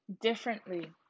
differently